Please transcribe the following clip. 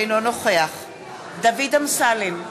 אינו נוכח דוד אמסלם,